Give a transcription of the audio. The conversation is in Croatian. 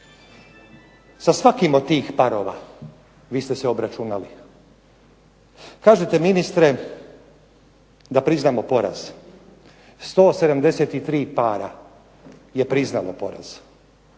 Sa svakim od tih parova vi ste se obračunali. Kažete ministre da priznamo poraz. 173 para je priznalo poraz.